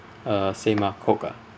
uh same lah coke ah